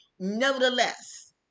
Nevertheless